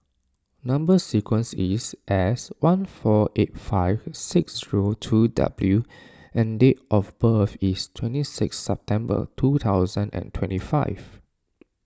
Number Sequence is S one four eight five six zero two W and date of birth is twenty six September twenty twenty five